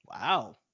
Wow